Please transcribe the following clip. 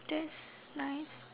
that's nice